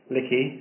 Licky